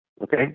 okay